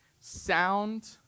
sound